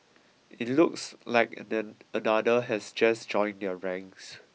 it looks like another has just joined their ranks